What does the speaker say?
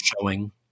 showing